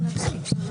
הפתעה.